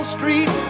Street